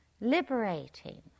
Liberating